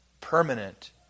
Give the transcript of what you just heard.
permanent